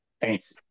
Thanks